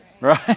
Right